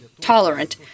tolerant